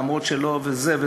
ולמרות שלא זה,